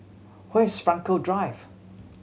where's Frankel Drive